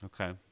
Okay